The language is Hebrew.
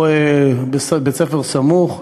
או בית-ספר סמוך.